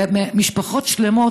ומשפחות שלמות,